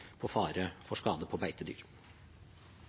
på fare for skade på beitedyr.